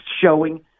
showing